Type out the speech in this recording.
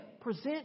present